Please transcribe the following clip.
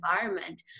environment